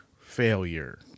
failure